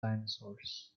dinosaurs